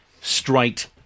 Straight